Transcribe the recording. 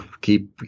Keep